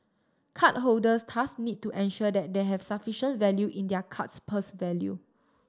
card holders thus need to ensure that they have sufficient value in their card's purse value